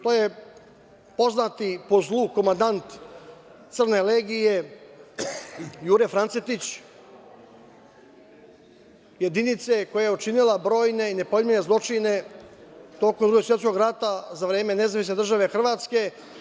To je poznati po zlu komandant crne legije Jure Francetić, jedinice koja je učinila brojne i nepojmljive zločine tokom Drugog svetskog rata za vreme NDH.